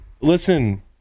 Listen